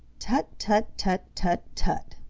tut, tut, tut, tut, tut!